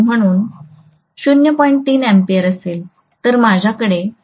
3 A असेल तर माझ्याकडे 0